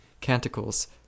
Canticles